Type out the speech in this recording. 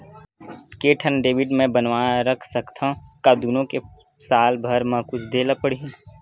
के ठन डेबिट मैं बनवा रख सकथव? का दुनो के साल भर मा कुछ दे ला पड़ही?